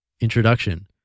Introduction